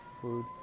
food